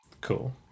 Cool